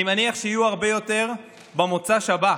אני מניח שיהיו הרבה יותר במוצ"ש הבא.